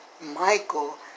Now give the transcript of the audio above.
Michael